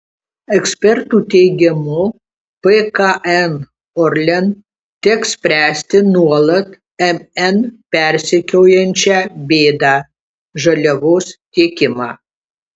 ekspertų teigimu pkn orlen teks spręsti nuolat mn persekiojančią bėdą žaliavos tiekimą